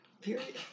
period